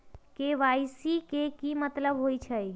KYC के कि मतलब होइछइ?